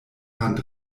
hand